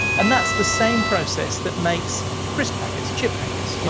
and that's the same process that makes crisp packets, chip packets, yeah